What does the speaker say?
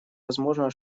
возможного